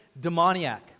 demoniac